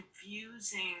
confusing